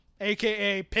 AKA